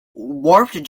warped